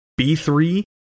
B3